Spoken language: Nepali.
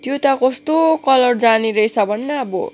त्यो त कस्तो कलर जाने रहेछ भन न अब